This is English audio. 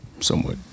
somewhat